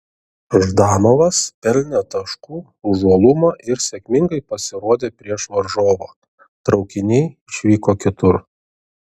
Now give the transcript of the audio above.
ždanovas pelnė taškų už uolumą ir sėkmingai pasirodė prieš varžovą traukiniai išvyko kitur